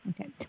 Okay